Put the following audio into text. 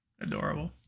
adorable